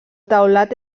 teulat